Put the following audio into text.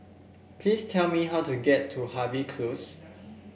please tell me how to get to Harvey Close